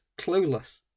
Clueless